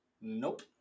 Nope